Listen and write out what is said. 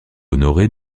honoré